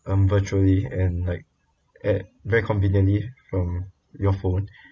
um virtually and like at very conveniently from your phone